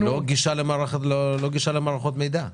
אבל לא גישה למערכות המידע.